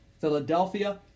Philadelphia